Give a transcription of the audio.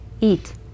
eat